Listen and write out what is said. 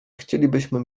chcielibyśmy